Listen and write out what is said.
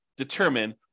determine